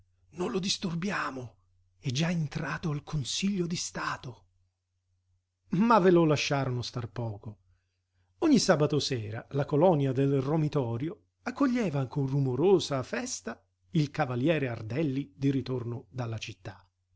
non lo disturbiamo è già entrato al consiglio di stato ma ve lo lasciarono star poco ogni sabato sera la colonia del romitorio accoglieva con rumorosa festa il cavaliere ardelli di ritorno dalla città